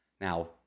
Now